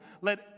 Let